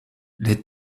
les